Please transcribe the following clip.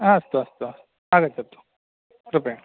ह अस्तु अस्तु आगच्छतु कृपया